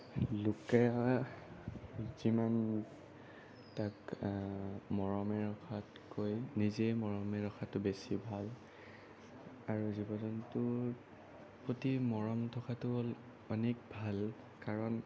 লোকে যিমান তাক মৰমেৰে ৰখাতকৈ নিজে মৰমেৰে ৰখাটো বেছি ভাল আৰু জীৱ জন্তুৰ প্ৰতি মৰম থকাটো হ'ল অ অনেক ভাল কাৰণ